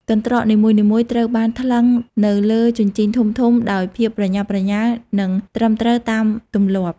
កន្ត្រក នីមួយៗត្រូវបានថ្លឹងនៅលើជញ្ជីងធំៗដោយភាពប្រញាប់ប្រញាល់ និងត្រឹមត្រូវតាមទម្លាប់។